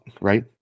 right